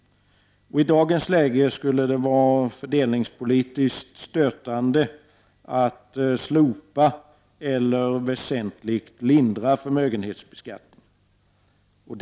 I dagens läge skulle det vara fördelningspolitiskt stötande att slopa eller väsentligt lindra förmögenhetsbeskattningen.